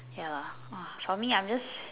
ya lah for me I just